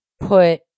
put